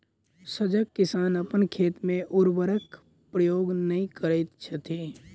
सजग किसान अपन खेत मे उर्वरकक प्रयोग नै करैत छथि